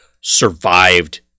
survived